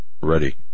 ready